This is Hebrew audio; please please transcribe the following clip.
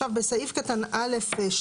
(א2)